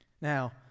Now